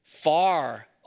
Far